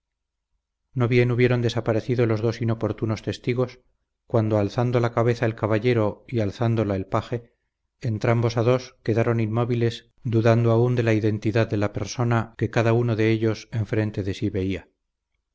no bien hubieron desaparecido los dos inoportunos testigos cuando alzando la cabeza el caballero y alzándola el paje entrambos a dos quedaron inmóviles dudando aún de la identidad de la persona que cada uno de ellos en frente de sí veía